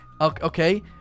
Okay